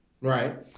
Right